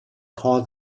call